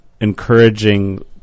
encouraging